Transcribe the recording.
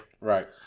Right